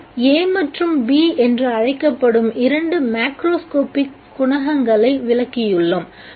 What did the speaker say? நாம் A மற்றும் B என்று அழைக்கப்படும் இரண்டு மேக்ரோஸ்கோப்பிக் குணகங்களை விளக்கியுள்ளோம்